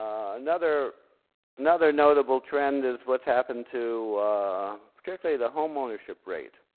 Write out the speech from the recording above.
another another notable trend is what's happened to strictly the home ownership rate.